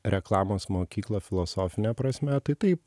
reklamos mokyklą filosofine prasme tai taip